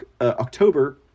October